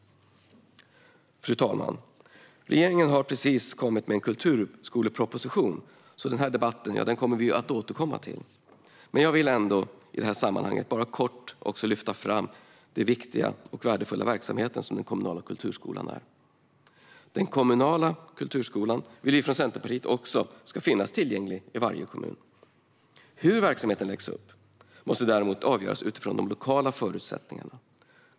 Fru talman! Regeringen har precis kommit med en kulturskoleproposition. Den här debatten kommer vi alltså att återkomma till. Men jag vill ändå i detta sammanhang bara kort lyfta fram också den viktiga och värdefulla verksamhet som den kommunala kulturskolan är. Vi från Centerpartiet vill att den kommunala kulturskolan också ska finnas i varje kommun. Hur verksamheten läggs upp måste däremot avgöras utifrån de lokala förutsättningarna.